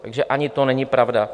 Takže ani to není pravda.